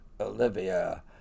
Olivia